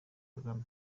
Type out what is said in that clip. kagame